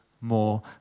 more